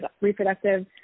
reproductive